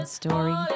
story